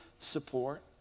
support